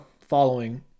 following